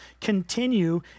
continue